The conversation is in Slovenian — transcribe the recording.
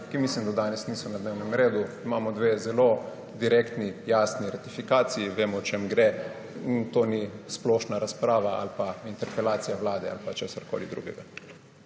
ki mislim, da danes niso na dnevnem redu. Imamo dve zelo direktni, jasni ratifikaciji, vemo, o čem gre in to ni splošna razprava ali pa interpelacija vlade ali pa česarkoli drugega.